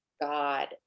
God